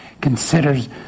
considers